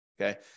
Okay